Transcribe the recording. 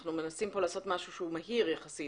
אנחנו מנסים פה לעשות משהו שהוא מהיר יחסית,